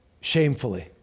Shamefully